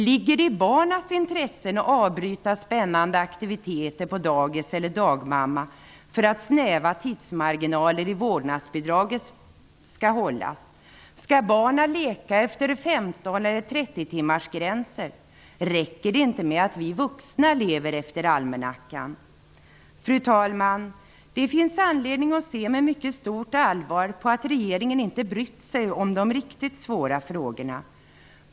Ligger det i barnens intresse att avbryta spännande aktiviteter på dagis eller hos dagmamman för att snäva tidsmarginaler i vårdnadsbidraget skall hållas? timmarsgränser? Räcker det inte med att vi vuxna lever efter almanackan? Herr talman! Det finns anledning att se med mycket stort allvar på att regeringen inte brytt sig om de riktigt svåra frågorna.